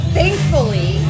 thankfully